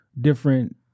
different